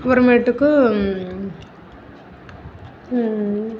அப்புறமேட்டுக்கு